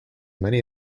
many